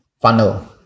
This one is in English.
funnel